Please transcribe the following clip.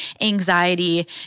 anxiety